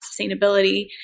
sustainability